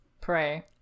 Pray